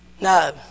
No